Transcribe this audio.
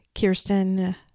Kirsten